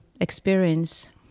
experience